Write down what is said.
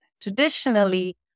traditionally